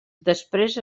després